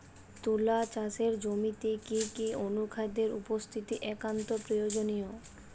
তুলা চাষের জমিতে কি কি অনুখাদ্যের উপস্থিতি একান্ত প্রয়োজনীয়?